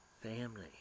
family